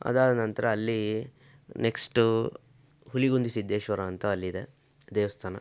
ಆದಾದ ನಂತರ ಅಲ್ಲಿ ನೆಕ್ಸ್ಟು ಹುಲಿಗುಂದಿ ಸಿದ್ಧೇಶ್ವರ ಅಂತ ಅಲ್ಲಿದೆ ದೇವಸ್ಥಾನ